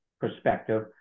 perspective